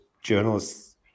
journalists